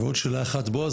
עוד שאלה אחת בעז,